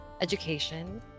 education